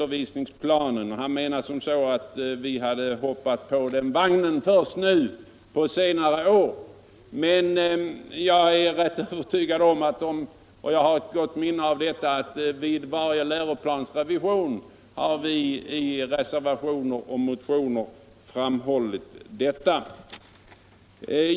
Herr Nordstrandh menar att vi hoppat på den vagnen först nu på senare år, men jag har ett gott minne av att vi vid varje läroplansrevision framhållit betydelsen av dessa åtgärder i motioner och reservationer.